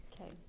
Okay